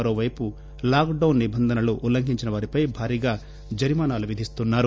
మరోపైపు lockdown నిబంధనలు ఉల్లంఘించిన వారిపై భారీగా జరిమానాలు విధిస్తున్నా రు